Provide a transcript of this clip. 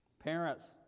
Parents